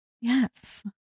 Yes